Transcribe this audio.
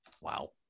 Wow